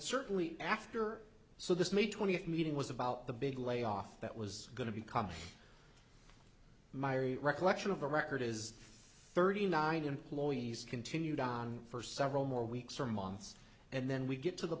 certainly after so this may twentieth meeting was about the big layoff that was going to be coming my recollection of a record is thirty nine employees continued on for several more weeks or months and then we get to the